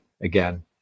again